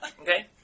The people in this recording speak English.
Okay